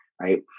right